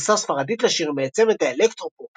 גרסה ספרדית לשיר מאת צמד האלקטרופופ